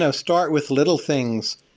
ah start with little things.